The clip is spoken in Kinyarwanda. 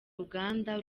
ruganda